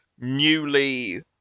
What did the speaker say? newly